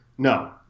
No